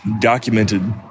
documented